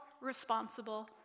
responsible